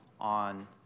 on